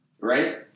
right